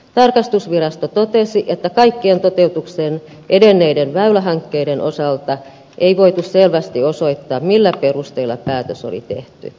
tarkastusvirasto totesi että kaikkien toteutukseen edenneiden väylähankkeiden osalta ei voitu selvästi osoittaa millä perusteilla päätös oli tehty